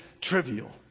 trivial